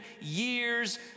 years